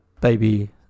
baby